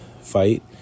fight